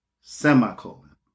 semicolon